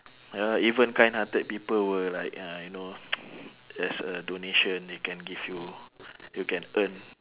ya even kind-hearted people will like ya I know there's a donation they can give you you can earn